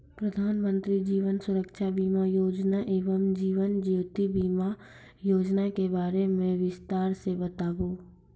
प्रधान मंत्री जीवन सुरक्षा बीमा योजना एवं जीवन ज्योति बीमा योजना के बारे मे बिसतार से बताबू?